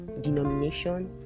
denomination